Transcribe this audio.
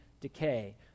decay